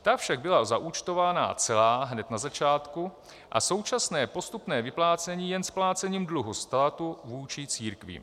Ta však byla zaúčtována celá hned na začátku a současné postupné vyplácení je jen splácením dluhu státu vůči církvím.